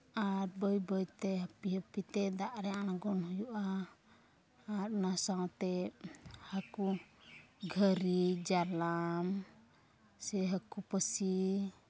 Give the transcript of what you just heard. ᱟᱨ ᱵᱟᱹᱭ ᱵᱟᱹᱭᱛᱮ ᱦᱟᱹᱯᱤ ᱦᱟᱹᱯᱤᱛᱮ ᱛᱤᱛᱮ ᱫᱟᱜ ᱨᱮ ᱟᱬᱜᱳᱱ ᱦᱩᱭᱩᱜᱼᱟ ᱟᱨ ᱚᱱᱟ ᱥᱟᱶᱛᱮ ᱦᱟᱹᱠᱩ ᱜᱷᱟᱹᱨᱤ ᱡᱟᱞᱟᱢ ᱥᱮ ᱦᱟᱹᱠᱩ ᱯᱟᱹᱥᱤ